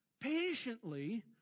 patiently